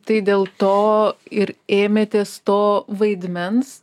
tai dėl to ir ėmėtės to vaidmens